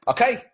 Okay